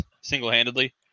single-handedly